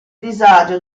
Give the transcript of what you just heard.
disagio